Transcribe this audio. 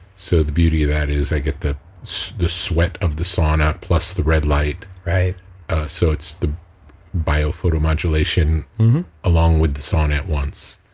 so the beauty of that is i get the the sweat of the sauna plus the red light. so it's the biophoto modulation along with the sauna at once,